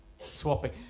swapping